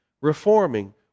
Reforming